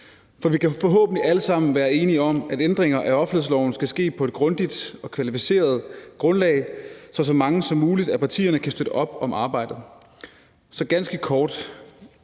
For vi kan forhåbentlig alle sammen være enige om, at ændringer af offentlighedsloven skal ske på et grundigt og kvalificeret grundlag, så så mange som muligt af partierne kan støtte op om arbejdet. Så ganske kort: